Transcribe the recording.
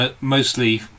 mostly